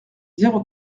zéro